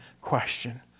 question